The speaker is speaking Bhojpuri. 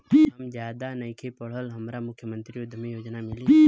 हम ज्यादा नइखिल पढ़ल हमरा मुख्यमंत्री उद्यमी योजना मिली?